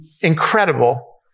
incredible